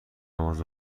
نماز